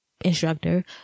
instructor